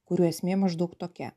kurių esmė maždaug tokia